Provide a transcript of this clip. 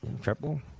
triple